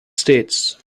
states